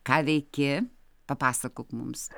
ką veiki papasakok mums